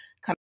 come